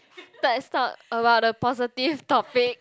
let's talk about the positive topic